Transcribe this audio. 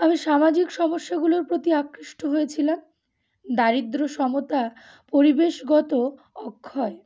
আমি সামাজিক সমস্যাগুলোর প্রতি আকৃষ্ট হয়েছিলাম দারিদ্র্য সমতা পরিবেশগত অক্ষয়